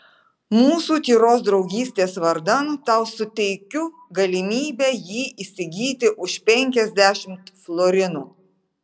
mūsų tyros draugystės vardan tau suteikiu galimybę jį įsigyti už penkiasdešimt florinų